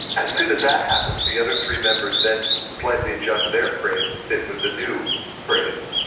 as soon as that happens the other three members then slightly adjust their phrase to fit with the new phrase.